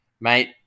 Mate